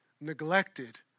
neglected